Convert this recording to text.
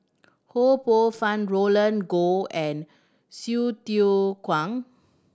Ho Poh Fun Roland Goh and Hsu Tse Kwang